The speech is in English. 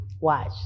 Watch